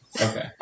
Okay